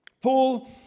Paul